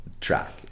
track